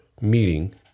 meeting